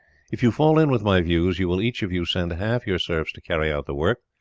if you fall in with my views you will each of you send half your serfs to carry out the work,